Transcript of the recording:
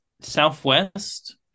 Southwest